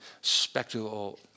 spectacle